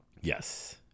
yes